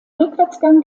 rückwärtsgang